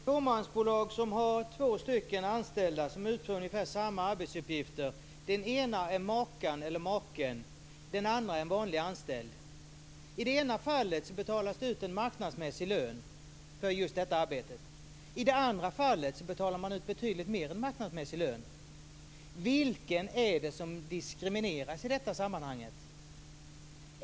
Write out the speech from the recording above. Fru talman! Ett fåmansbolag har två anställda som utför ungefär samma arbetsuppgifter; den ena är maken/makan, den andra en vanlig anställd. I det ena fallet betalas det ut en marknadsmässig lön för just detta arbete. I det andra fallet betalar man ut betydligt mer än en marknadsmässig lön. Vem är det som diskrimineras i detta sammanhang?